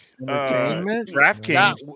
DraftKings